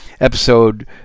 episode